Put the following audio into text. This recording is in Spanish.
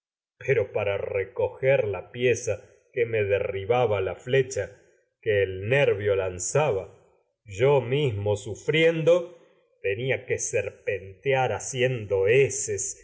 recoger la pieza que me derribaba la flecha que nervio lanzaba yo mismo eses y sufriendo tenia que ser pentear haciendo